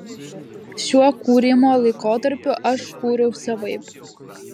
šiuo kūrimo laikotarpiu aš kūriau savaip